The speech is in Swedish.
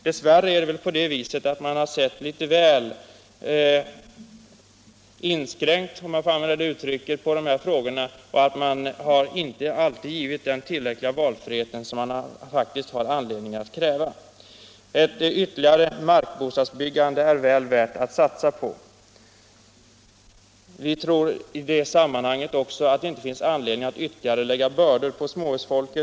Dess värre har man sett litet väl inskränkt, om jag får använda det uttrycket, på de här frågorna och inte alltid givit den valfrihet som vi har anledning att kräva. Ett ytterligare markbostadsbyggande är väl värt att satsa på. Vi tror i det sammanhanget att det inte finns anledning att ytterligare lägga bördor på småhusfolket.